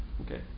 Okay